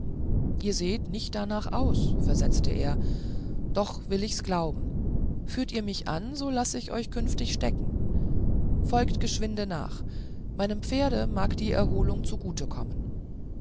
ihr seht nicht darnach aus versetzte er doch will ichs glauben führt ihr mich an so laß ich euch künftig stecken folgt geschwinde nach meinem pferde mag die erholung zugut kommen